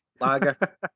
Lager